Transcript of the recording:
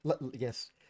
yes